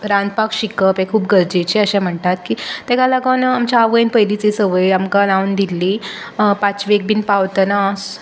रांदपाक शिकप हें खूब गरजेचें अशें म्हणटात की तेका लागोन आमचे आवयन पयलीच ही संवय आमकां लावन दिल्ली पांचवेक बी पावतना